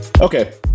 Okay